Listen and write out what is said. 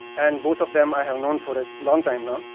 and both of them i have known for a long time now.